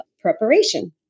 preparation